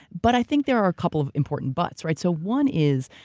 but, i think there are a couple of important buts, right? so, one is,